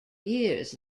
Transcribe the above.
years